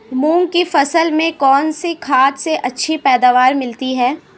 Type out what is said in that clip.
मूंग की फसल में कौनसी खाद से अच्छी पैदावार मिलती है?